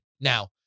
Now